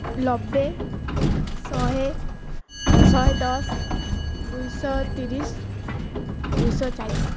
ନବେ ଶହେ ଶହେ ଦଶ ଦୁଇଶହ ତିରିଶ୍ ଦୁଇଶହ ଚାଳିଶ୍